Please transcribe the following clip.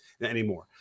anymore